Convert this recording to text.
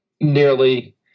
nearly